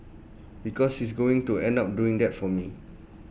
because he's going to end up doing that for me